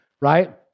right